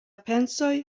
pensoj